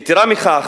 יתירה מכך,